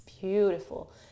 beautiful